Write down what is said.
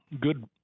good